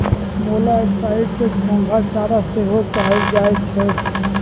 मोलॉक्साइड्स के घोंघा चारा सेहो कहल जाइ छइ